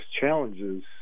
challenges